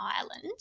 Ireland